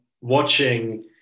watching